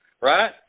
right